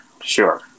Sure